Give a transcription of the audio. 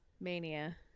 Mania